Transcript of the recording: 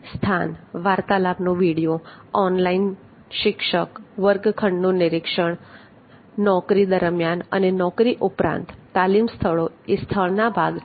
સ્થાન વાર્તાલાપનો video online શિક્ષક વર્ગખંડનું શિક્ષણ નોકરી દરમ્યાન અને નોકરી ઉપરાંત તાલીમ સ્થળો વગેરે સ્થળના ભાગ છે